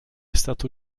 stato